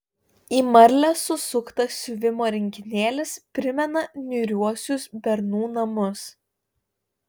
į marlę susuktas siuvimo rinkinėlis primena niūriuosius bernų namus